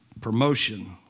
Promotion